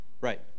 right